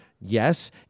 Yes